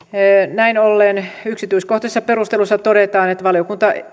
näin ollen yksityiskohtaisissa perusteluissa todetaan että valiokunta